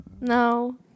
No